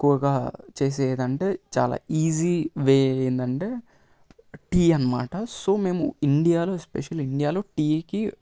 తక్కువగా చేసేదంటే చాలా ఈజీ వే ఏంటంటే టీ అన్నమాట సో మేము ఇండియాలో స్పెషల్ ఇండియాలో టీకి